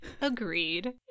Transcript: Agreed